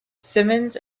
simmons